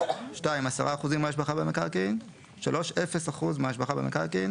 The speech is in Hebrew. (2) 10% מההשבחה במקרקעין; (3) 0% מההשבחה במקרקעין